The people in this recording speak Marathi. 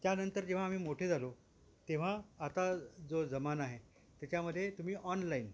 त्यानंतर जेव्हा आम्ही मोठे झालो तेव्हा आता जो जमाना आहे त्याच्यामध्ये तुम्ही ऑनलाईन